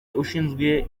ushinzwe